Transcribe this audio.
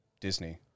Disney